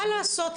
מה לעשות,